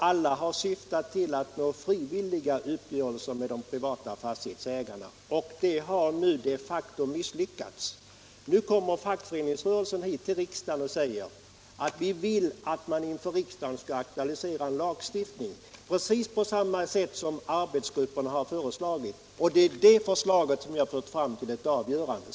Alla har syftat till att nå frivilliga uppgörelser med de privata fastighetsägarna. Det har nu de facto misslyckats. Nu kommer fackföreningsrörelsen hit till riksdagen och säger att den vill att det i riksdagen skall aktualiseras en lagstiftning på precis samma sätt som arbetsgrupperna har föreslagit. Det är det förslaget som vi har fört fram till ett avgörande.